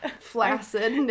flaccid